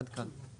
עד כאן.